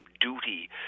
duty